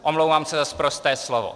Omlouvám se za sprosté slovo.